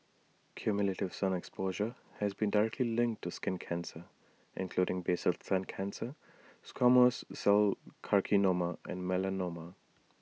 cumulative sun exposure has been directly linked to skin cancer including basal cell cancer squamous cell carcinoma and melanoma